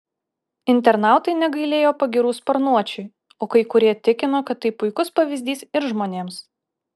internautai negailėjo pagyrų sparnuočiui o kai kurie tikino kad tai puikus pavyzdys ir žmonėms